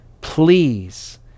Please